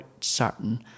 certain